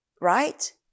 Right